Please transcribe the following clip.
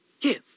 Yes